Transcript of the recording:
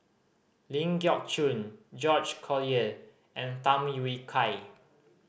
Ling Geok Choon George Collyer and Tham Yui Kai